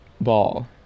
ball